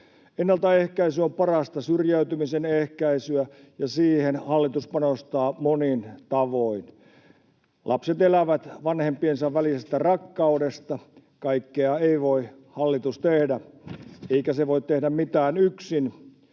Ennaltaehkäisy on parasta syrjäytymisen ehkäisyä, ja siihen hallitus panostaa monin tavoin. Lapset elävät vanhempiensa välisestä rakkaudesta, kaikkea ei voi hallitus tehdä, eikä se voi tehdä mitään yksin.